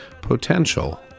Potential